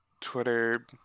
Twitter